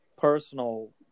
personal